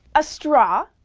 a straw,